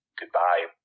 goodbye